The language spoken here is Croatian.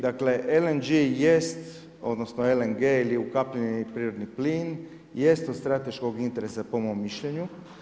Dakle, LNG jest odnosno LNG ili ukapljeni prirodni plin jest od strateškog interesa po mom mišljenju.